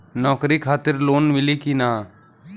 नौकरी खातिर लोन मिली की ना?